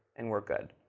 and we're good.